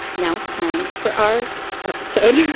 now it's time for our episode.